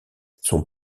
son